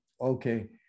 Okay